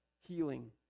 healing